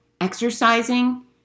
exercising